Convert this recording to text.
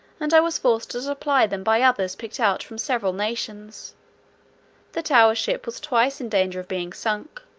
and i was forced to supply them by others picked out from several nations that our ship was twice in danger of being sunk,